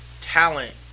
talent